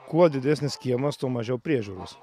kuo didesnis kiemas tuo mažiau priežiūros